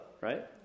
right